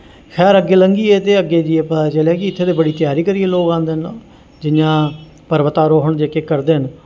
खैर अग्गें लंग्गी गे ते अग्गें जाइयै पता चलेआ कि इत्थें ते बड़ी त्यारी करियै लोग आंदे न जि'यां पर्वतारोहण जेह्के करदे न